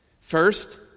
First